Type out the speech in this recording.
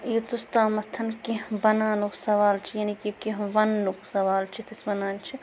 یوٚتَس تامَتھ کیٚنٛہہ بَناونُک سوال چھُ یعنی کہِ کیٚنٛہہ ونٛنُک سوال چھُ یَتھ أسۍ وَنان چھِ